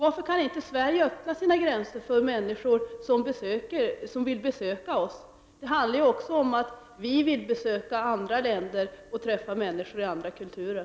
Varför kan inte Sverige öppna sina gränser för människor som vill besöka oss? Det handlar ju också om att vi vill besöka andra länder och träffa människor i andra kulturer.